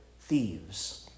Thieves